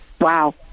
Wow